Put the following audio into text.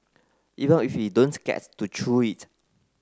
even if we don't get to chew it